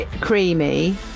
Creamy